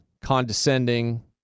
condescending